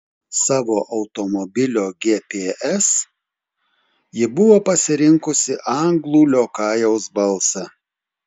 savo automobilio gps ji buvo pasirinkusi anglų liokajaus balsą